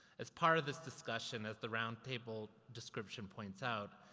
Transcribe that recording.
as part of this discussion, as the roundtable description points out,